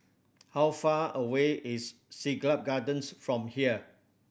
how far away is Siglap Gardens from here